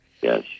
Yes